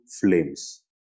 flames